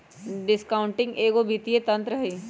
discounting एगो वित्तीय तंत्र हइ